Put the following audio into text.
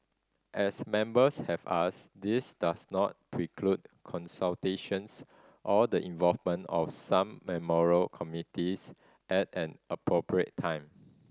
as Members have asked this does not preclude consultations or the involvement of some memorial committees at an appropriate time